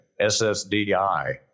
ssdi